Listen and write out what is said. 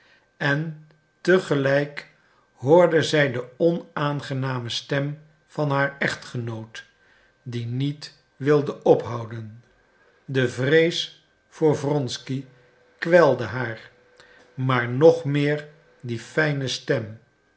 en te gelijk hoorde zij de onaangename stem van haar echtgenoot die niet wilde ophouden de vrees voor wronsky kwelde haar maar nog meer die fijne stem